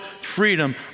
freedom